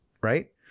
right